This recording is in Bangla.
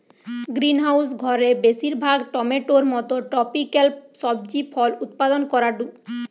গ্রিনহাউস ঘরে বেশিরভাগ টমেটোর মতো ট্রপিকাল সবজি ফল উৎপাদন করাঢু